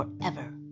forever